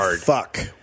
fuck